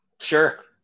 Sure